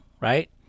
right